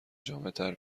جامعتر